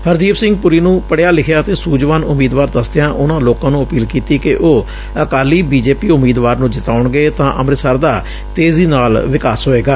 ਹਰਦੀਪ ਸਿੰਘ ਪੁਰੀ ਨੂੰ ਪੜਿਆ ਲਿਖਿਆ ਅਤੇ ਸੁਝਵਾਨ ਉਮੀਦਵਾਰ ਦਸਦਿਆਂ ਉਨੂਾਂ ਲੋਕਾਂ ਨੂੰ ਅਪੀਲ ਕੀਤੀ ਕਿ ਉਹ ਅਕਾਲੀ ਬੀਜੇਪੀ ਉਮੀਦਵਾਰ ਨੂੰ ਜਿਤਾਉਣਗੇ ਤਾਂ ਅੰਮ੍ਤਿਤਸਰ ਦਾ ਤੇਜ਼ੀ ਨਾਲ ਵਿਕਾਸ ਹੋਏਗਾ